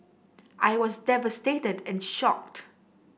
I was devastated and shocked